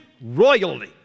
royalty